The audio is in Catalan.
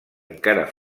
encara